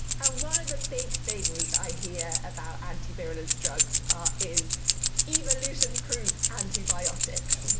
and one of the big things i hear about anti-virulence drugs is evolution-proof antibiotics.